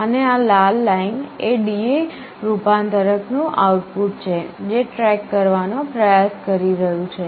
અને આ લાલ લાઈન એ DA રૂપાંતરક નું આઉટપુટ છે જે ટ્રક કરવાનો પ્રયાસ કરી રહ્યું છે